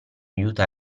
aiuta